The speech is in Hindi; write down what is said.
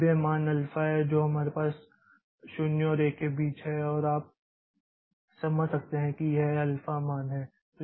अब यह मान अल्फा है जो हमारे पास 0 और 1 के बीच है और आप समझ सकते हैं कि यह अल्फा मान है